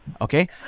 Okay